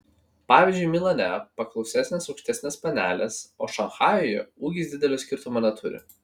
pavyzdžiui milane paklausesnės aukštesnės panelės o šanchajuje ūgis didelio skirtumo neturi